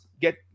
get